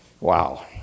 Wow